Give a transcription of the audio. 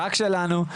רק שלנו,